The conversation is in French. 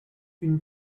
une